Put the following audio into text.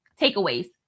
Takeaways